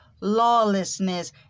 lawlessness